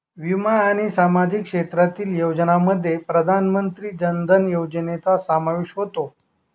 विमा आणि सामाजिक क्षेत्रातील योजनांमध्ये प्रधानमंत्री जन धन योजनेचा समावेश होतो